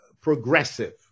progressive